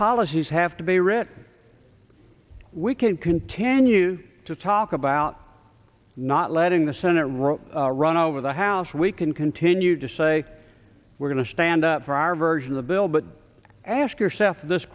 policies have to be written we can continue to talk about not letting the senate run run over the house we can continue to say we're going to stand up for our version of the bill but ask yourself this